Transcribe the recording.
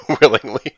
willingly